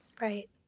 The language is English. Right